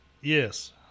Yes